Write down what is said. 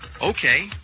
Okay